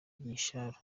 gasharu